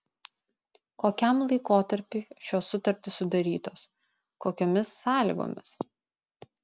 kokiam laikotarpiui šios sutartys sudarytos kokiomis sąlygomis